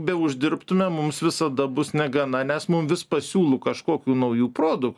beuždirbtume mums visada bus negana nes mum vis pasiūlu kažkokių naujų produktų